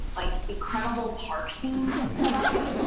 like incredible parks being put up.